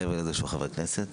מעבר לזה שהוא חבר כנסת.